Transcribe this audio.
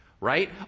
right